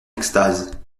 extase